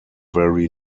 very